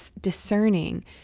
discerning